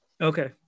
okay